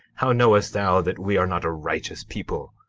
how knowest thou that we are not a righteous people?